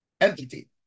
entity